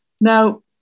Now